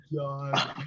God